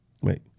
wait